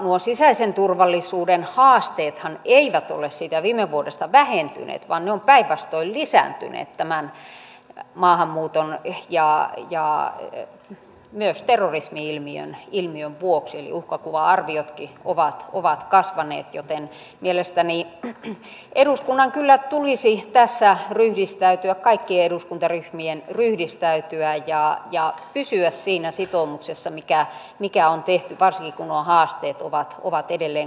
nuo sisäisen turvallisuuden haasteethan eivät ole viime vuodesta vähentyneet vaan ne ovat päinvastoin lisääntyneet maahanmuuton ja myös terrorismi ilmiön vuoksi eli uhkakuva arviotkin ovat kasvaneet joten mielestäni eduskunnan kyllä tulisi tässä ryhdistäytyä kaikkien eduskuntaryhmien ryhdistäytyä ja pysyä siinä sitoumuksessa mikä on tehty varsinkin kun nuo haasteet ovat edelleen kasvaneet